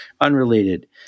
unrelated